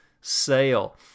sale